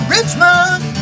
Richmond